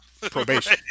probation